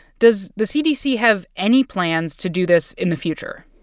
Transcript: does the cdc have any plans to do this in the future?